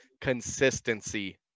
consistency